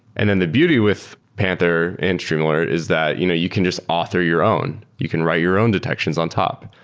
and then the beauty with panther and streamalert is that you know you can just author your own. you can write your own detections on top.